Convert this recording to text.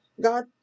God